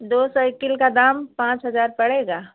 दो सइकिल का दाम पाँच हजार पड़ेगा